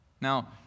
Now